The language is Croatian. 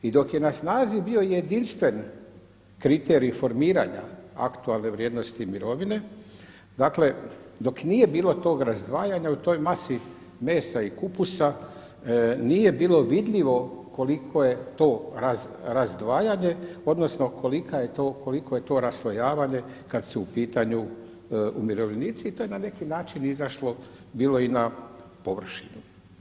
I dok je na snazi bio jedinstveni kriterij formiranja aktualne vrijednosti mirovine, dakle dok nije bilo tog razdvajanja u toj masi mesa i kupusa, nije bilo vidljivo koliko je to razdvajanje odnosno koliko je to raslojavanje kad su u pitanju umirovljenici, i to je na neki način izašlo bilo i na površinu.